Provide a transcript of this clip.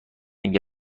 نگه